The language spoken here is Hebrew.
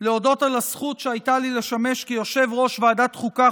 כדי להודות על הזכות שהייתה לי לשמש יושב-ראש ועדת חוקה,